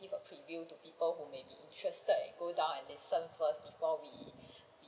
give a preview to people who may be interested and go down and serve first before we we